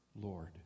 Lord